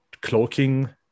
cloaking